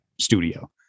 studio